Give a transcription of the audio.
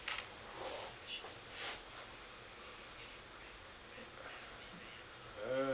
mm